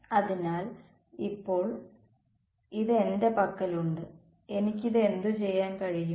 അതിനാൽ ഇപ്പോൾ ഇത് എന്റെ പക്കലുണ്ട് എനിക്ക് ഇത് എന്തുചെയ്യാൻ കഴിയും